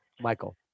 Michael